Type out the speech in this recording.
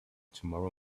tomorrow